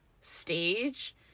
stage